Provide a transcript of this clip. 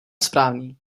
správný